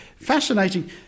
Fascinating